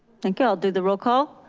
thank you i'll do the roll call.